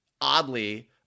oddly